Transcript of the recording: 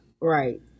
Right